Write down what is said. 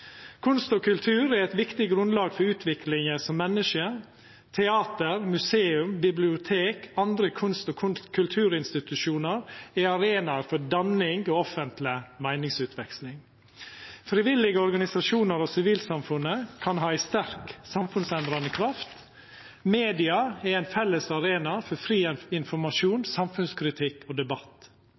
Kunst og kultur er eit viktig grunnlag for utviklinga som menneske. Teater, museum, bibliotek og andre kunst- og kulturinstitusjonar er arenaer for danning og offentleg meiningsutveksling. Frivillige organisasjonar og sivilsamfunnet kan ha ei sterk samfunnsendrande kraft. Media er ein felles arena for fri informasjon, samfunnskritikk og debatt.